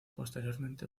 posteriormente